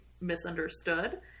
misunderstood